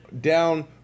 down